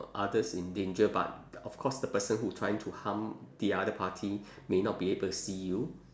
others in danger but of course the person who trying to harm the other party may not be able to see you